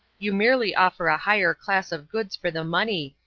you merely offer a higher class of goods for the money,